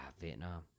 Vietnam